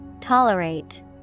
Tolerate